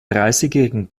dreißigjährigen